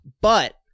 but-